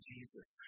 Jesus